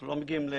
אנחנו לא מגיעים ל